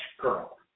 girl